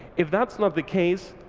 if that's not the case,